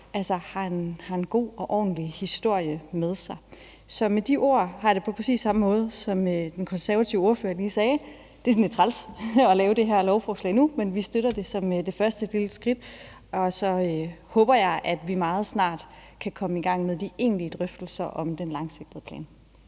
børn, har en god og ordentlig historie med sig. Så med de ord har jeg det på præcis samme måde, som den konservative ordfører lige sagde: Det er sådan lidt træls at lave det her lovforslag nu, men vi støtter det som et første lille skridt, og så håber jeg, at vi meget snart kan komme i gang med de egentlige drøftelser om den langsigtede plan.